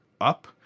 up